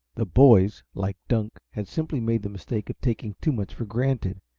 the boys, like dunk, had simply made the mistake of taking too much for granted.